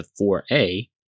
4A